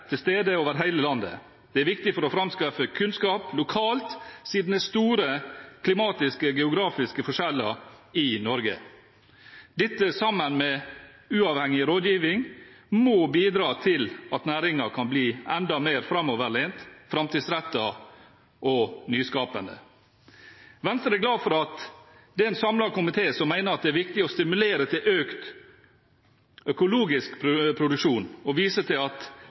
til stede over hele landet. Det er viktig for å framskaffe kunnskap lokalt, siden det er store klimatiske og geografiske forskjeller i Norge. Dette, sammen med uavhengig rådgivning, må bidra til at næringen kan bli enda mer framoverlent, framtidsrettet og nyskapende. Venstre er glad for at det er en samlet komité som mener det er viktig å stimulere til økt økologisk produksjon, og viser til at